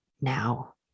now